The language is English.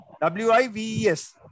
W-I-V-E-S